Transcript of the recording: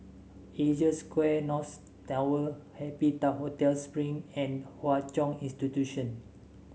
Asia Square North Tower Happy Tow Hotel Spring and Hwa Chong Institution